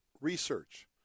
research